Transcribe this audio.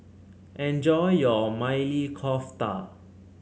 enjoy your Maili Kofta